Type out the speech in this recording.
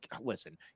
listen